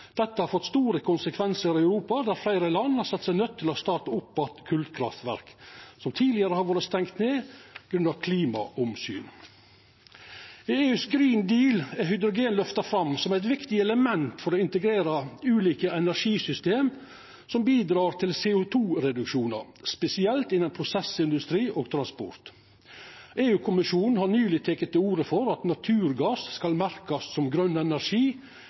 der fleire land har sett seg nøydde til å starta opp att kolkraftverk som tidlegare har vore stengde ned grunna klimaomsyn. I den grøne given til EU er hydrogen løfta fram som eit viktig element for å integrera ulike energisystem som bidreg til CO 2 -reduksjonar, spesielt innan prosessindustri og transport. EU-kommisjonen har nylig teke til orde for at naturgass skal merkast som «grøn energi»